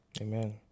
Amen